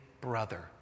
brother